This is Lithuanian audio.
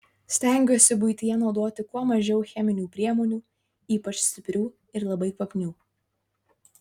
stengiuosi buityje naudoti kuo mažiau cheminių priemonių ypač stiprių ir labai kvapnių